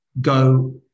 go